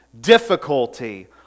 difficulty